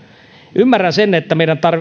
ymmärrän sen että meidän